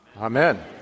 Amen